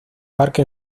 parque